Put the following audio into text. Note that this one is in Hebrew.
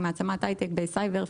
היא מעצמת הייטק בסייבר,